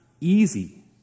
easy